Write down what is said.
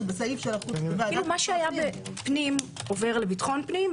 מה שהיה בפנים עובר לביטחון פנים,